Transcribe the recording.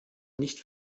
nicht